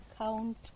account